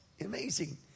Amazing